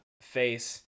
face